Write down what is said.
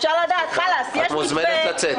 את מוזמנת לצאת.